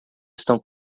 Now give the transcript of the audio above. estão